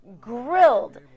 grilled